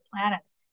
planets